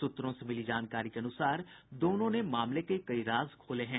सूत्रों से मिली जानकारी के अनुसार दोनों ने मामले के कई राज खोले हैं